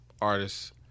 artists